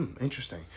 interesting